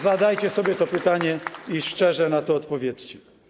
Zadajcie sobie to pytanie i szczerze na nie odpowiedzcie.